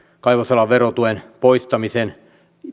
kaivosalan verotuen poistamisen